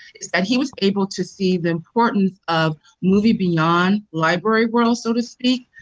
is that he was able to see the importance of moving beyond library world, so to speak,